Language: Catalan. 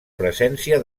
presència